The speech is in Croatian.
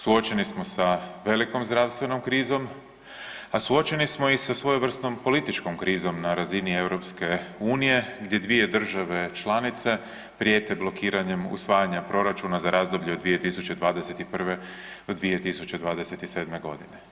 Suočeni smo sa velikom zdravstvenom krizom, a suočeni smo i sa svojevrsnom političkom krizom na razini EU gdje dvije države članice prijete blokiranjem usvajanja proračuna za razdoblje od 2021. do 2027. godine.